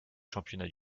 championnat